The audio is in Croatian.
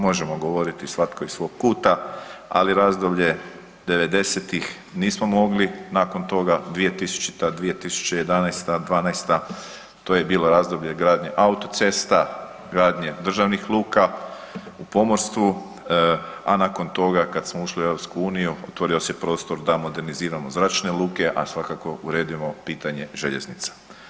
Možemo govoriti svatko iz svog kuta, ali razdoblje '90.-tih nismo mogli, nakon toga 2000., 2011., '12., to je bilo razdoblje gradnje autocesta, gradnje državnih luka u pomorstvu, a nakon toga kad smo ušli u EU otvorio se prostor da moderniziramo zračne luke, a svakako uredimo pitanje željeznica.